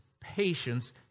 patience